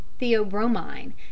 theobromine